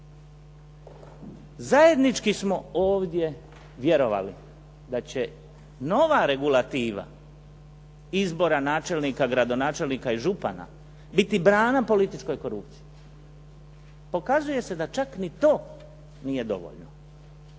Zajednički smo ovdje vjerovali da će nova regulativa izbora načelnika, gradonačelnika i župana biti brana političkoj korupciji. Pokazuje se da čak ni to nije dovoljno.